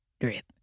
drip